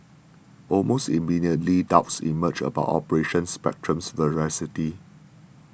almost immediately doubts emerged about Operation Spectrum's veracity